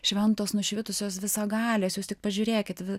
šventos nušvitusios visagalės jūs tik pažiūrėkit